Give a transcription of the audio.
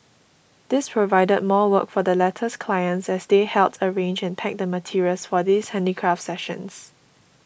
this provided more work for the latter's clients as they helped arrange and pack the materials for these handicraft sessions